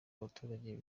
abaturage